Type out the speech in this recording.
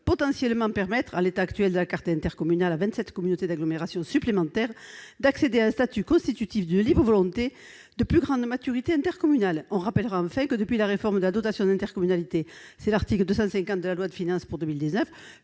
potentiellement permettre, en l'état actuel de la carte intercommunale, à 27 communautés d'agglomération supplémentaires d'accéder à un statut constitutif d'une libre volonté de plus grande maturité intercommunale. On rappellera enfin que depuis la réforme de la dotation d'intercommunalité- c'est l'article 250 de la loi de finances pour 2019